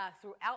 throughout